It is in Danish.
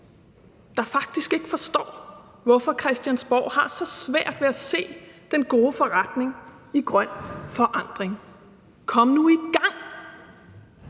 der faktisk ikke forstår, hvorfor Christiansborg har så svært ved at se den gode forretning i grøn forandring: Kom nu i gang!